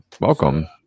welcome